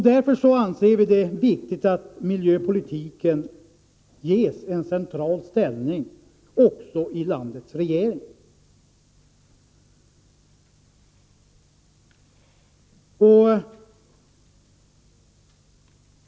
Därför anser vi det väsentligt att miljöpolitiken ges en central ställning också i landets regering.